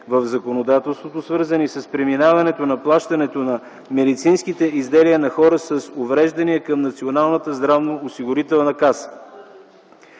в законодателството, свързани с преминаване на плащането на медицинските изделия за хората с увреждания към Националната здравноосигурителна каса.